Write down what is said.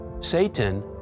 Satan